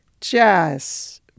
jazz